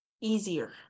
easier